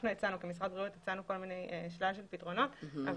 אנחנו כמשרד בריאות הצענו כל מיני פתרונות אבל